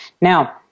Now